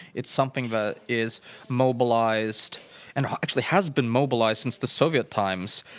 it's something that is mobilized and actually has been mobilized since the soviet times.